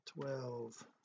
twelve